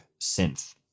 synth